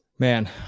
Man